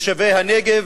מתושבי הנגב,